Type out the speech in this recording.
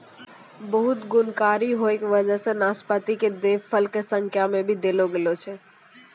बहुत गुणकारी होय के वजह सॅ नाशपाती कॅ देव फल के संज्ञा भी देलो गेलो छै